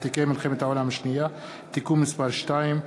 ותיקי מלחמת העולם השנייה (תיקון מס' 2),